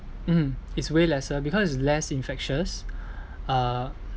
mm it's way lesser because it's less infectious uh